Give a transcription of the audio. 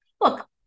look